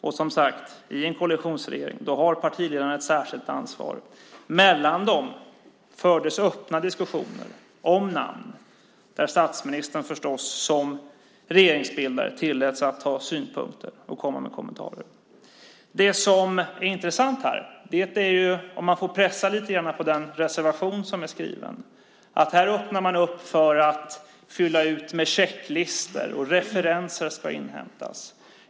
Och som sagt, i en koalitionsregering har partiledarna ett särskilt ansvar. Mellan dem fördes öppna diskussioner om namn där statsministern förstås som regeringsbildare tilläts ha synpunkter och komma med kommentarer. Det som är intressant här är ju, om jag får pressa lite grann på den reservation som är skriven, att man här öppnar upp för att fylla ut med checklistor, och referenser ska inhämtas.